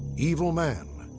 evil man,